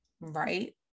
right